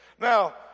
Now